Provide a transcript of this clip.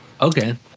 okay